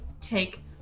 take